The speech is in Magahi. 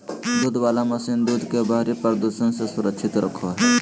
दूध वला मशीन दूध के बाहरी प्रदूषण से सुरक्षित रखो हइ